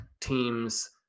teams